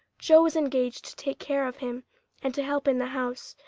joe was engaged to take care of him and to help in the house,